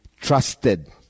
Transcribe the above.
trusted